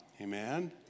Amen